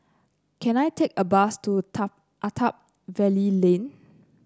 can I take a bus to Attap Valley Lane